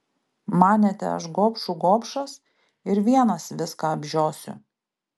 manėte aš gobšų gobšas ir vienas viską apžiosiu